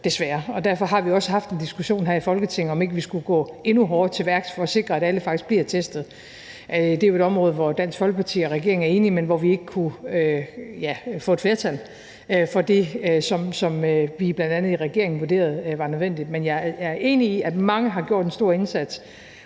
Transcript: desværre, og derfor har vi også haft en diskussion her i Folketinget af, om ikke vi skulle gå endnu hårdere til værks for at sikre, at alle faktisk bliver testet. Det er jo et område, hvor Dansk Folkeparti og regeringen er enige, men hvor vi ikke kunne få et flertal for det, som vi bl.a. i regeringen vurderede var nødvendigt. Men jeg er enig i, at mange har gjort en stor indsats,